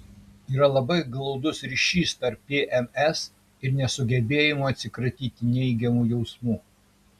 yra labai glaudus ryšys tarp pms ir nesugebėjimo atsikratyti neigiamų jausmų